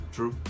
True